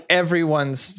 everyone's